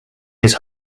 his